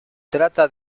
trata